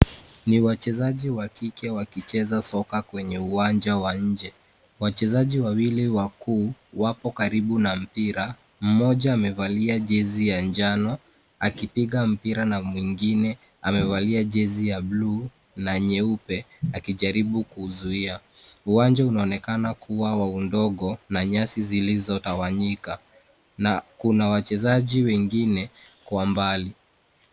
Ni wachezaji wa kike wakicheza soka kwenye uwanja wa nje. Wachezaji wawili wakuu wapo karibu na mpira. Mmoja amevalia jezi ya njano akipiga mpira na mwingine amevalia jezi ya bluu na nyeupe akijaribu kuzuia. Uwanja unaonekana kuwa wa udogo na nyasi zilizotawanyika na kuna wachezaji wengine kwa mbali.